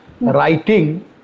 Writing